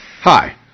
Hi